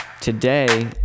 Today